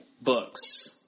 Books